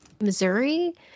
Missouri